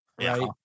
Right